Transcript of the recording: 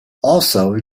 also